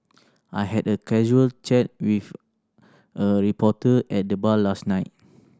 I had a casual chat with a reporter at the bar last night